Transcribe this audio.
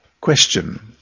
Question